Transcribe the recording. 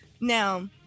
Now